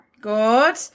Good